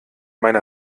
meine